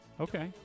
Okay